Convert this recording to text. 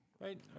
right